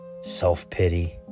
self-pity